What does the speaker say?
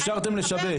אפשרתם לשבש.